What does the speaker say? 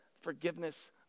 forgiveness